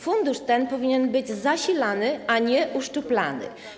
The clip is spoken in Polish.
Fundusz ten powinien być zasilany, a nie uszczuplany.